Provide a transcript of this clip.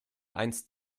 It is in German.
einst